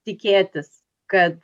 tikėtis kad